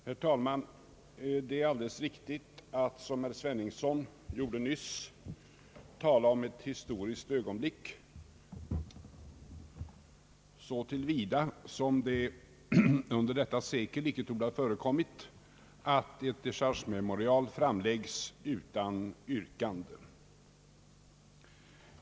Herr talman! Det är alldeles riktigt, som herr Sveningsson nyss gjorde, att tala om ett historiskt ögonblick så till vida som det under detta sekel icke torde ha förekommit att ett dechargememorial framlagts utan yrkande.